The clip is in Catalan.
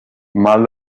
mal